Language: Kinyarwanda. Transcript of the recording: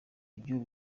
ibyo